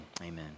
amen